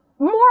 more